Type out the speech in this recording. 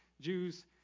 Jews